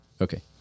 Okay